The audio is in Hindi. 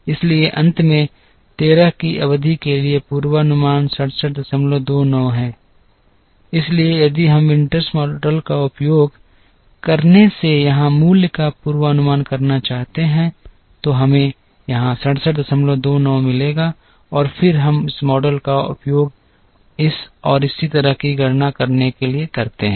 इसलिए अंत में 13 की अवधि के लिए पूर्वानुमान 6729 है इसलिए यदि हम विंटर्स मॉडल का उपयोग करने से यहां मूल्य का पूर्वानुमान करना चाहते हैं तो हमें यहां 6729 मिलेगा और फिर हम इस मॉडल का उपयोग इस और इसी तरह की गणना करने के लिए करते हैं